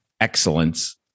excellence